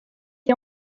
est